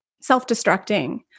self-destructing